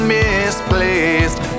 misplaced